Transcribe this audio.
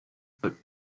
but